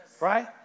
Right